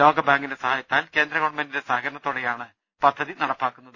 ലോക ബാങ്കിന്റെ സഹായത്താൽ കേന്ദ്ര ഗവൺമെന്റിന്റെ സഹക രണത്തോടെയാണ് പദ്ധതി നടപ്പാക്കുന്നത്